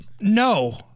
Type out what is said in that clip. No